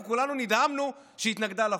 אנחנו כולנו נדהמנו שהיא התנגדה לחוק.